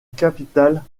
capitale